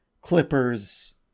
clippers